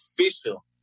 official